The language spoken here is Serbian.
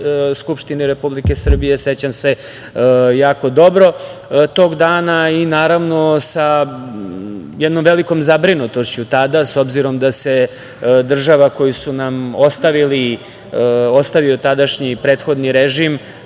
skupštini Republike Srbije. Sećam se jako dobro tog dana i naravno sa jednom velikom zabrinutošću tada, s obzirom da se država koju su nam ostavili, ostavio tadašnji prethodni režim